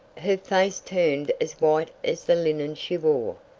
her face turned as white as the linen she wore.